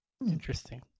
Interesting